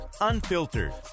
unfiltered